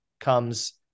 comes